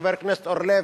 חבר הכנסת אורלב,